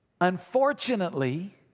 Unfortunately